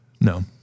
no